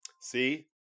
See